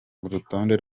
urutonde